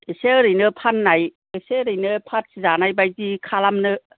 एसे एरैनो फान्नाय एसे एरैनो पार्ति जानाय बायदि खालामनो